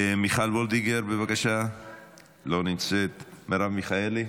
מיכל וולדיגר, לא נמצאת, מרב מיכאלי,